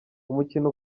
umukino